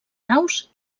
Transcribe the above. naus